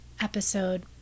episode